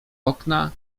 okna